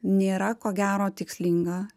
nėra ko gero tikslinga